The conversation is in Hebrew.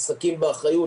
"משחקים באחריות",